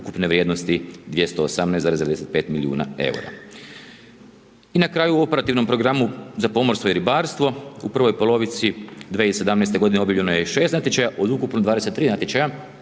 ukupne vrijednosti 218,95 milijuna EUR-a. I na kraju, u operativnom programu za pomorstvo i ribarstvo u prvoj polovici 2017.g. objavljeno je 6 natječaja od ukupno 23 natječaja